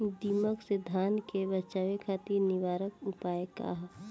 दिमक से धान के बचावे खातिर निवारक उपाय का ह?